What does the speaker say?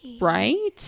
right